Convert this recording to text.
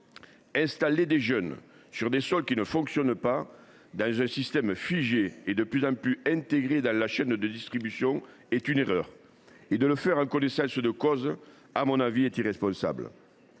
Installer des jeunes sur des sols qui ne fonctionnent pas dans un système figé et de plus en plus intégré dans la chaîne de distribution est une erreur. Et le faire en connaissance de cause est, à mon avis, irresponsable.